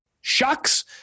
Shucks